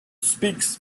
speaks